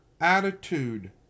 attitude